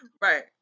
Right